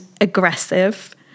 aggressive